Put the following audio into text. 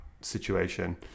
situation